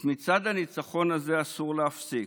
את מצעד הניצחון הזה אסור להפסיק.